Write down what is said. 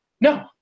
no